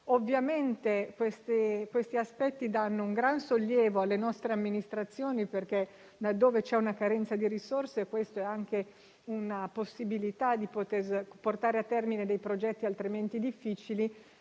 Ovviamente queste soluzioni danno un gran sollievo alle nostre amministrazioni, perché laddove c'è una carenza di risorse questa è anche una possibilità per portare a termine dei progetti altrimenti difficili,